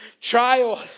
trial